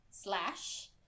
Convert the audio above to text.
slash